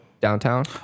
downtown